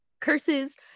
Curses